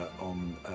on